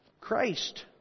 Christ